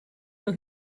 for